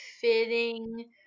fitting